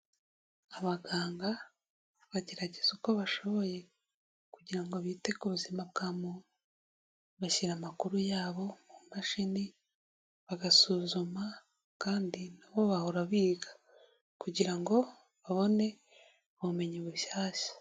Abaganga bagerageza uko bashoboye kugira ngo bite ku buzima bwa muntu, bashyira amakuru yabo mu mashini bagasuzuma kandi na bo bahora biga kugira ngo babone ubumenyi bushyashya.